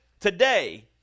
today